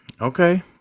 okay